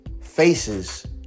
faces